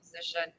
position